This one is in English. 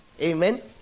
Amen